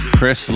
Chris